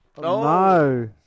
No